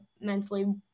mentally